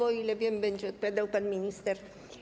O ile wiem, będzie odpowiadał pan minister.